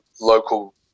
local